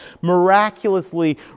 miraculously